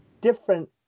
different